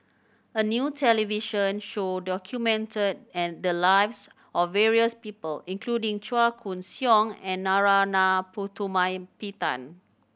a new television show documented the lives of various people including Chua Koon Siong and Narana Putumaippittan